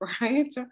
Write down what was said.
right